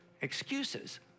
excuses